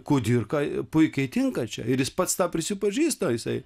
kudirka puikiai tinka čia ir jis pats tą prisipažįsta jisai